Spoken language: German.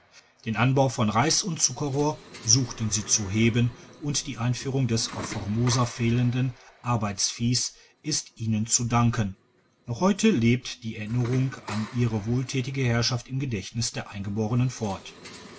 den anbau von reis und zuckerrohr suchten sie zu heben und die einführung des auf formosa fehlenden arbeitsviehs ist ihnen zu danken noch heute lebt die erinnerung an ihre wohlthätige herrschaft im gedächtnis der eingeborenen fort